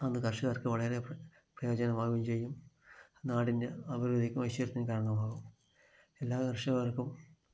അന്ന് കർഷകർക്ക് വളരെ പ്രയോജനമാവുകയും ചെയ്യും നാടിൻ്റെ അഭിവൃദ്ധിക്കും ഐശ്വര്യത്തിനും കാരണമാകും എല്ലാ കർഷകർക്കും